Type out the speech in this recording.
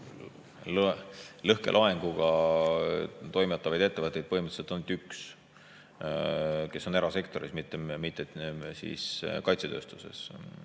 lõhkelaenguga toimetavaid ettevõtteid on põhimõtteliselt ainult üks, kes on erasektoris, mitte kaitsetööstuses.